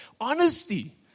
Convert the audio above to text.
honesty